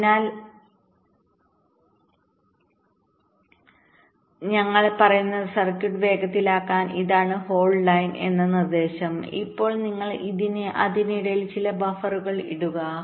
അതിനാൽ ഞങ്ങൾ പറയുന്നത് സർക്യൂട്ട് വേഗത്തിലാക്കാൻ ഇതാണ് ഹോൾഡ് ലൈൻഎന്ന നിർദ്ദേശം ഇപ്പോൾ നിങ്ങൾ അതിനിടയിൽ ചില ബഫറുകൾ ഇടുക